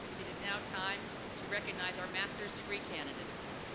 it is now time to recognize our master's degree candidates.